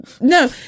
No